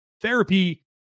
therapy